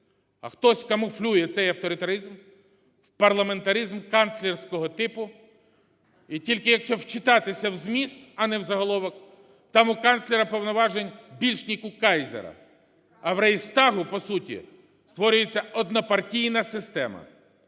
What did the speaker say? а хтось камуфлює цей авторитаризм в парламентаризм канцлерського типу. І тільки, якщо вчитатися в зміст, а не в заголовок, там у канцлера повноважень більш, ніж у кайзера. А в рейхстагу, по суті, створюється однопартійна система.